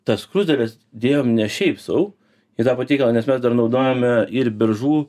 tas skruzdėles dėjom ne šiaip sau į tą patiekalą nes mes dar naudojome ir beržų